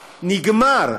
נגמר.